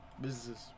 businesses